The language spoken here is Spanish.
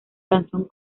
canción